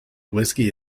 whiskey